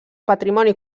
patrimoni